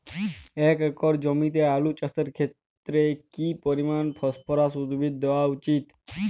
এক একর জমিতে আলু চাষের ক্ষেত্রে কি পরিমাণ ফসফরাস উদ্ভিদ দেওয়া উচিৎ?